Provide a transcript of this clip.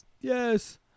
Yes